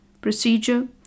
procedure